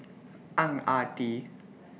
Ang Ah Tee